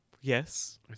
Yes